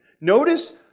Notice